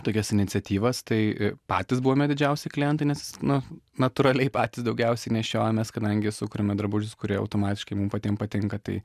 tokias iniciatyvas tai patys buvome didžiausi klientai nes nu natūraliai patys daugiausiai nešiojamės kadangi sukuriame drabužius kurie automatiškai mum patiem patinka tai